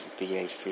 BAC